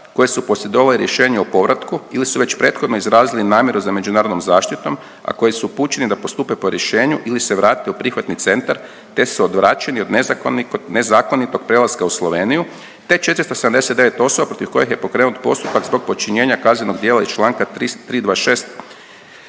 koji su posjedovali rješenje o povratku ili su već prethodno izrazili namjeru za međunarodnom zaštitom, a koji su upućeni da postupe po rješenju ili se vrate u prihvatni centar te su odvraćeni od nezakonitog prelaska u Sloveniju te 479 osoba protiv kojih je pokrenut postupak zbog počinjenja kaznenog djela iz Članka 326.